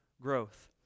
growth